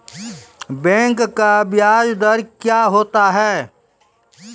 Bank का ब्याज दर क्या होता हैं?